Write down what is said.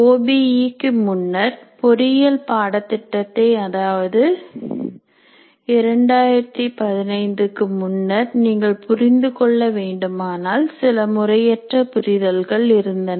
ஓ B E க்கு முன்னர் பொறியியல் பாடத்திட்டத்தை அதாவது 2015க்கு முன்னர் நீங்கள் புரிந்து கொள்ள வேண்டுமானால் சில முறையற்ற புரிதல்கள் இருந்தன